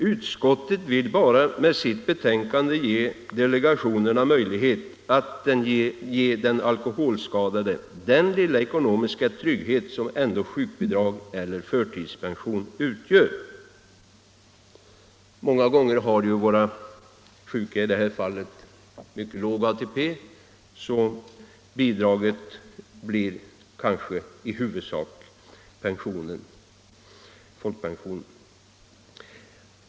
Utskottet vill bara med sitt betänkande lämna delegationerna möjlighet att ge den alkoholskadade den lilla ekonomiska trygghet som ändå sjukbidrag eller förtidspension utgör. I många fall har de alkoholskadade låg ATP-poäng, så bidraget blir kanske i huvudsak folkpensionen.